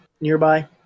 nearby